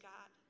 God